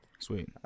sweet